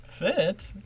fit